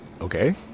okay